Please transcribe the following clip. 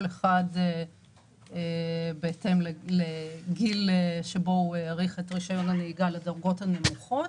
כל אחד בהתאם לגיל שבו הוא האריך את רישיון הנהיגה לדרגות הנמוכות.